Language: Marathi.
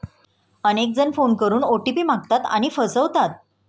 अनेक जण फोन करून ओ.टी.पी मागतात आणि फसवतात